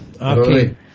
Okay